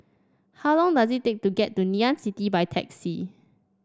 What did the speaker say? how long does it take to get to Ngee Ann City by taxi